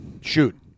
Shoot